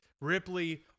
Ripley